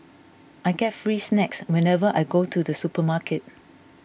I get free snacks whenever I go to the supermarket